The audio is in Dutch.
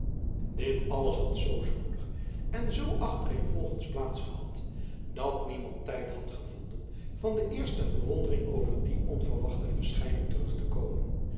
dit alles had zoo spoedig en zoo achtereenvolgens plaats gehad dat niemand tijd had gevonden van de eerste verwondering over die onverwachte verschijning terug te komen